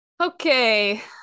okay